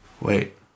Wait